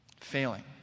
failing